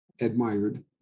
admired